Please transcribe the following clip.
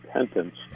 repentance